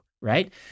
right